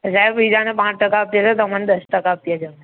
સાહેબ બીજાને પાંચ ટકા આપીએ છે તમને દસ ટકા ટકા આપીએ છે